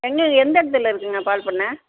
எங்கே எந்தடத்துல இருக்குங்க பால் பண்ணை